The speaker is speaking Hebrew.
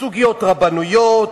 סוגיות רבניות,